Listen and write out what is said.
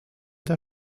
der